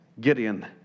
Gideon